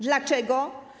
Dlaczego?